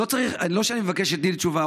לא שאני מבקש שתיתני לי תשובה.